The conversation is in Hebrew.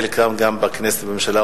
חלקם גם בכנסת ובממשלה,